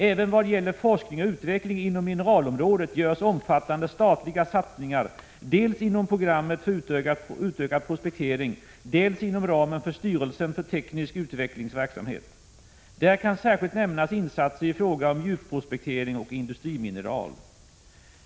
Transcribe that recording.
Även vad gäller forskning och utveckling inom mineralområdet görs omfattande statliga satsningar dels inom programmet för utökad prospektering, dels inom ramen för styrelsens för teknisk utveckling verksamhet. Där kan särskilt nämnas insatser i fråga om djupprospektering och industrimineral.